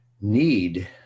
need